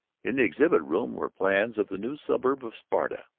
in the exhibit-room were plans of the new suburbs of sparta,